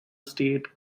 state